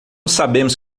sabemos